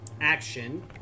action